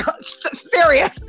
serious